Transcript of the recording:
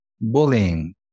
Bullying